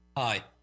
Hi